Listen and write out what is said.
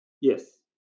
yes